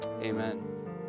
Amen